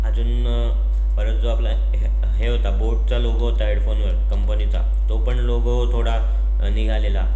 अजून परत जो आपला हॅ हे होता बोटचा लोगो होता हेडफोनवर कंपनीचा तो पण लोगो थोडा निघालेला